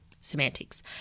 semantics